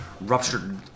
ruptured